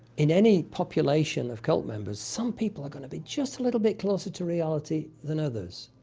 in any population of cult members, some people are gonna be just a little bit closer to reality than others.